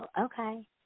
okay